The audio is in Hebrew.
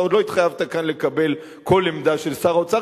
אתה עוד לא התחייבת כאן לקבל כל עמדה של שר אוצר.